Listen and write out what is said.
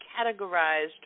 categorized